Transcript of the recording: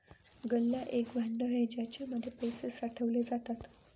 गल्ला एक भांड आहे ज्याच्या मध्ये पैसे साठवले जातात